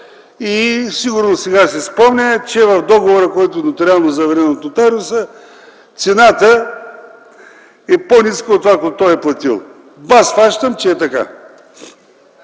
и сигурно сега си спомня, че в договора, който нотариално е заверил при нотариуса, цената е по-ниска от тази, която той е платил. Бас хващам, че това